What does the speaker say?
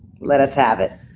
let us have it.